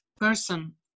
person